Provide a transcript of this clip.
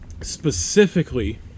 specifically